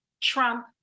Trump